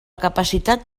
capacitat